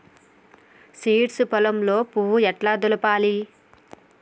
Seeds పొలంలో పువ్వు ఎట్లా దులపాలి?